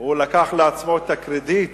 הוא לקח לעצמו את הקרדיט